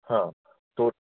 हाँ तो